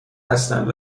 هستند